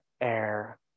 air